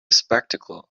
spectacle